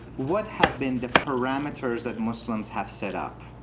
what have been the parameters that muslims have set up?